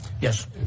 Yes